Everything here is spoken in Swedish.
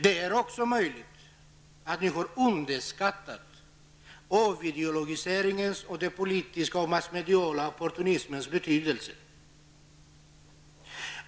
Det är också möjligt att de har underskattat avideologiseringens och den politiska och massmediala opportunismens betydelse.